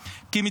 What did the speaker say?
כי,